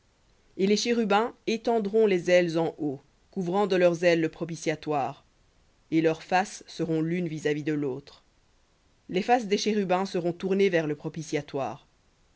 et les chérubins étendront les ailes en haut couvrant de leurs ailes le propitiatoire et leurs faces seront l'une vis-à-vis de l'autre les faces des chérubins seront vers le propitiatoire